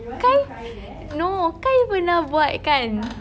kan no kan you pernah buat kan